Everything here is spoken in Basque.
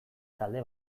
talde